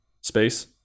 space